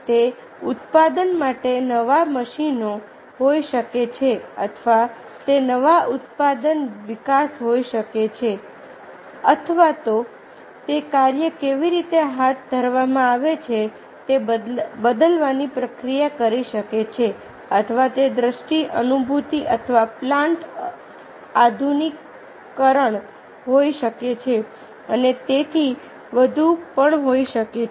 તે ઉત્પાદન માટે નવા મશીનો હોઈ શકે છે અથવા તે નવા ઉત્પાદન વિકાસ હોઈ શકે છે અથવા તે કાર્ય કેવી રીતે હાથ ધરવામાં આવે છે તે બદલવાની પ્રક્રિયા કરી શકે છે અથવા તે દ્રષ્ટિ અનુભૂતિ અથવા પ્લાન્ટ આધુનિકીકરણ હોઈ શકે છે અને તેથી વધુ હોઈ શકે છે